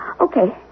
okay